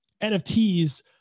NFTs